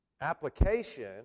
Application